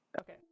okay